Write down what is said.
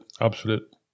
absolute